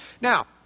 Now